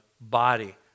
body